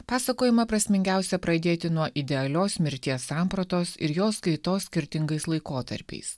pasakojimą prasmingiausia pradėti nuo idealios mirties sampratos ir jos kaitos skirtingais laikotarpiais